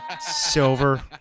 Silver